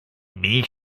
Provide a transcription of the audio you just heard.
milch